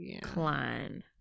Klein